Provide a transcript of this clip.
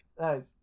Nice